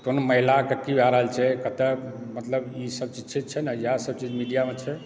कोन महिलाके की भए रहल छै कतय मतलब ईसभ चीज छै ने इएह सभचीज मिडियामे छै